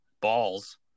balls